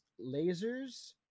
lasers